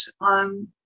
on